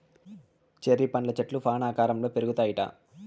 cherry పండ్ల చెట్లు fan ఆకారంల పెరుగుతాయిట